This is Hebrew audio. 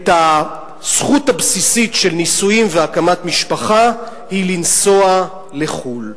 הזכות הבסיסית של נישואים והקמת משפחה היא לנסוע לחו"ל.